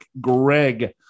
Greg